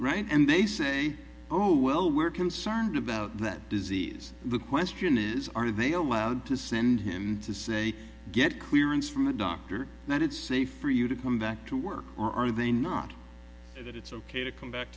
right and they say oh well we're concerned about that disease the question is are they allowed to send him to say get clearance from a doctor that it's safe for you to come back to work or are they not that it's ok to come back